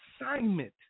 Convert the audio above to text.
assignment